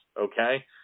okay